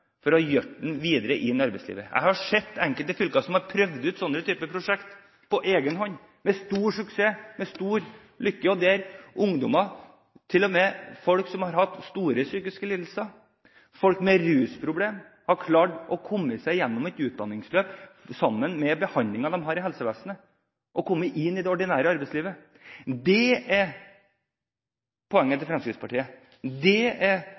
for å hjelpe dem videre inn i arbeidslivet. Jeg har sett enkelte fylker som har prøvd ut sånne prosjekter på egen hånd med stor suksess – med stor lykke: Ungdommer, til og med folk som har hatt store psykiske lidelser og folk med rusproblem, har klart å komme seg gjennom et utdanningsløp samtidig med behandlingen de får i helsevesenet, og komme seg inn i det ordinære arbeidslivet. Det er poenget til Fremskrittspartiet. Det er